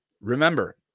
Remember